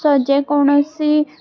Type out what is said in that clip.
ସଜେ କୌଣସି